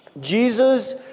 Jesus